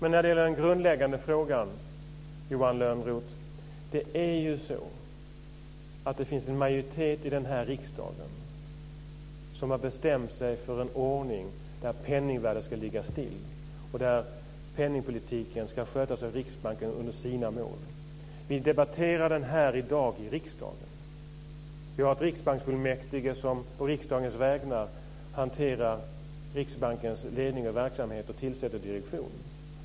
När det gäller den grundläggande frågan, Johan Lönnroth: Det är ju så att det finns en majoritet i den här riksdagen som har bestämt sig för en ordning där penningvärdet ska ligga still och där penningpolitiken ska skötas av Riksbanken under dess mål. Vi debatterar det här i dag i riksdagen. Vi har en riksbanksfullmäktige som på riksdagens vägnar hanterar Riksbankens ledning och verksamhet och tillsätter direktionen.